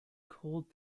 called